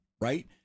right